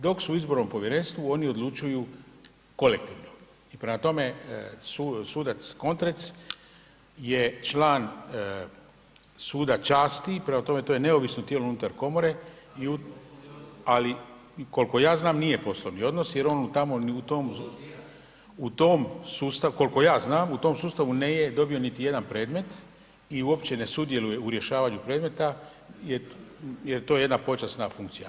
Dok su u izbornom povjerenstvu, oni odlučuju kolektivno i prema tome, sudac Kontrec je član Suda časti, prema tome, to je neovisno tijelo unutar komore ali koliko ja znam, nije poslovni odnos jer on tamo u tom sustavu, koliko ja znam, u tom sustavu nije dobio niti jedan predmet i uopće ne sudjeluje u rješavanju predmeta jer to je jedna počasna funkcija.